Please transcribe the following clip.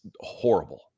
horrible